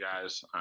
guys